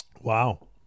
wow